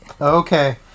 Okay